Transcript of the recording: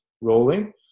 rolling